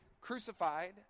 crucified